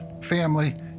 family